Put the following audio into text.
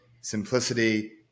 simplicity